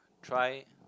try